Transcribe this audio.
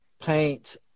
paint